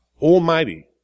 Almighty